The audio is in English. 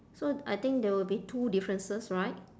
so I think there will be two differences right